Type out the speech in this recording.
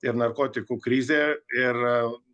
ir narkotikų krizė ir